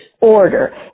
order